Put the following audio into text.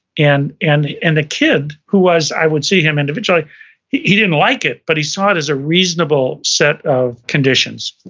and and the and kid who was i would see him individually he he didn't like it, but he saw it as a reasonable set of conditions.